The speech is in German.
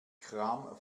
kram